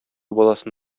баласын